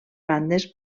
bandes